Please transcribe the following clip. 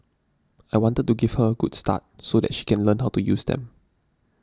I wanted to give her a good start so that she can learn how to use them